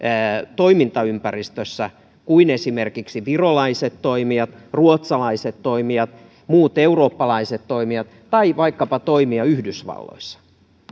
toimintaympäristössä kuin esimerkiksi virolaiset toimijat ruotsalaiset toimijat muut eurooppalaiset toimijat tai vaikkapa toimija yhdysvalloissa